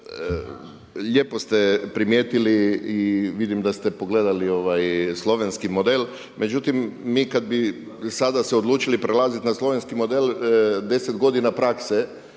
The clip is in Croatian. lijepo ste primijetili i vidim da ste pogledali slovenski model, međutim mi kada bi se odlučili sada prelaziti na slovenski model 10 godina prakse